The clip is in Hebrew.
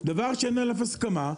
דבר שאין עליו הסכמה,